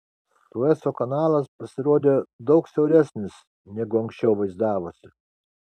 sueco kanalas pasirodė daug siauresnis negu anksčiau vaizdavosi